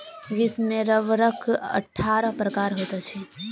विश्व में रबड़क अट्ठारह प्रकार होइत अछि